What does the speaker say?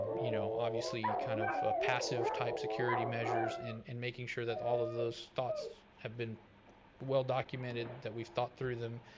you know obviously kind of passive type security measures and and making sure that all of those thoughts have been well documented, that we've thought through them,